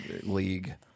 League